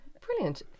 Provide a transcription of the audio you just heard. brilliant